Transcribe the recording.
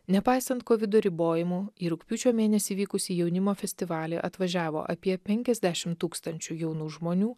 nepaisant kovido ribojimų į rugpjūčio mėnesį vykusį jaunimo festivalį atvažiavo apie penkiasdešim tūkstančių jaunų žmonių